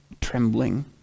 trembling